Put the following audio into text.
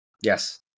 Yes